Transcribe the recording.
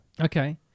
Okay